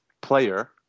player